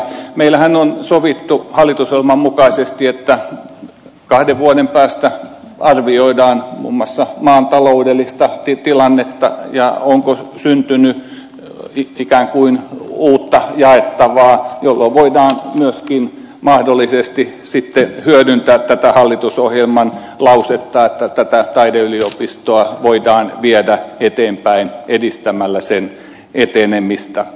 meillähän on sovittu hallitusohjelman mukaisesti että kahden vuoden päästä arvioidaan muun muassa maan taloudellista tilannetta ja sitä onko syntynyt ikään kuin uutta jaettavaa jolloin voidaan myöskin mahdollisesti hyödyntää tätä hallitusohjelman lausetta että taideyliopistoa voidaan viedä eteenpäin edistämällä sen etenemistä